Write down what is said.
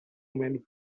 many